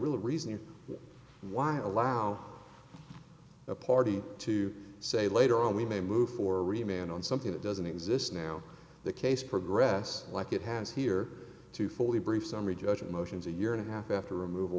real reason why allow a party to say later on we may move for remain on something that doesn't exist now the case progress like it has here to fully brief summary judgment motions a year and a half after remov